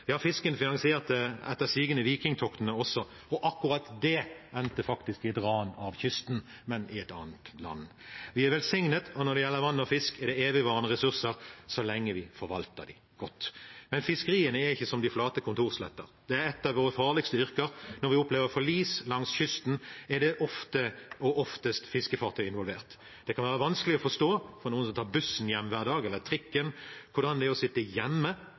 fisken finansierte etter sigende vikingtoktene også. Akkurat det endte faktisk i et ran av kysten, men i et annet land. Vi er velsignet, og når det gjelder vann og fisk, er det evigvarende ressurser så lenge vi forvalter dem godt. Men fiskeriene er ikke som de flate kontorsletter. Det er et av våre farligste yrker. Når vi opplever forlis langs kysten, er det ofte og oftest fiskefartøy involvert. Det kan være vanskelig å forstå for noen som tar bussen eller trikken hjem hver dag, hvordan det er å sitte hjemme